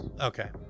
okay